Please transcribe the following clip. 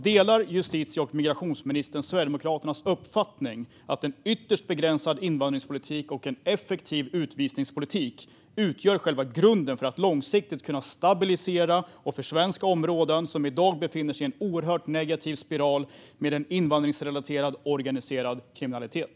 Delar justitie och migrationsministern Sverigedemokraternas uppfattning att en ytterst begränsad invandringspolitik och en effektiv utvisningspolitik utgör själva grunden för att långsiktigt kunna stabilisera och försvenska områden som i dag befinner sig i en oerhört negativ spiral med en invandringsrelaterad, organiserad kriminalitet?